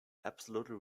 absolutely